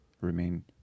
remain